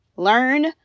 Learn